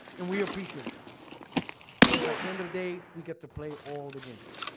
and we appreciate that because at the end of the day we get to play all the games